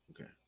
Okay